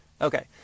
Okay